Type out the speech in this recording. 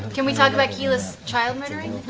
can we talk about keyleth's child murdering?